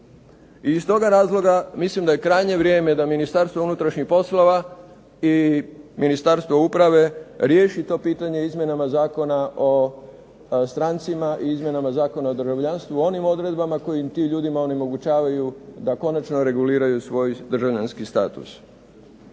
I iz toga razloga mislim da je krajnje vrijeme da Ministarstvo unutrašnjih poslova i Ministarstvo uprave riješi to pitanje izmjenama Zakona o strancima i izmjenama Zakona o državljanstvu u onim odredbama koji tim ljudima onemogućavaju da konačno reguliraju svoj državljanski status.